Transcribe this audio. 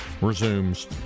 resumes